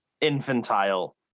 Infantile